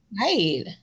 right